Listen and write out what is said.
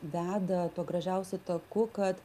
veda to gražiausiu taku kad